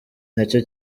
nacyo